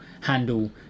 handle